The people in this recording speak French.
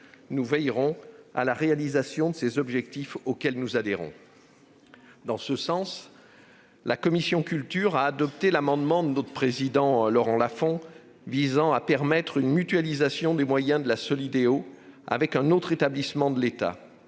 Nous veillerons à la réalisation de ces objectifs, auxquels nous adhérons. En ce sens, la commission de la culture a adopté l'amendement de son président Laurent Lafon visant à mutualiser les moyens de la Solideo avec un autre établissement de l'État.